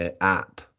app